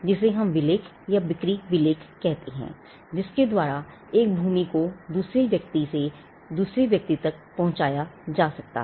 जिसे हम विलेख या बिक्री विलेख कहते हैं जिसके द्वारा एक भूमि को एक व्यक्ति से दूसरे व्यक्ति तक पहुंचाया जाता है